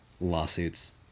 lawsuits